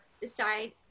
decide